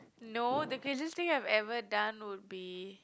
no the craziest thing I've ever done would be